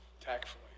tactfully